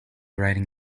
riding